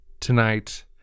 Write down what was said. Tonight